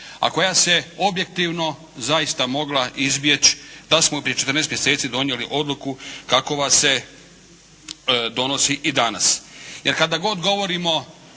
a koja se objektivno zaista mogla izbjeć' da smo prije 14 mjeseci donijeli odluku kakova se donosi i danas. Jer kada god govorimo